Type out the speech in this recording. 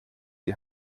die